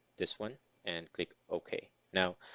this one and click ok. now,